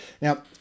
now